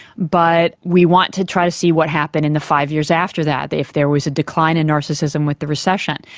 but we want to try to see what happened in the five years after that, if there was a decline in narcissism with the recession.